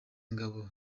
ngabo